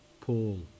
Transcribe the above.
Paul